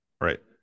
Right